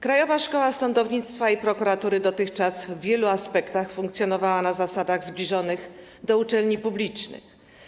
Krajowa Szkoła Sądownictwa i Prokuratury dotychczas w wielu aspektach funkcjonowała na zasadach zbliżonych do zasad funkcjonowania uczelni publicznych.